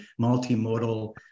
multimodal